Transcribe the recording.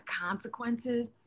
consequences